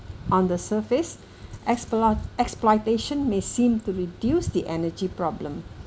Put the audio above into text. on the surface exploit exploitation may seem to reduce the energy problem